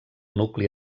nucli